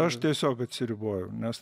aš tiesiog atsiribojau nes